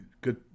good